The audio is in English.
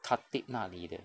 khatib 哪里的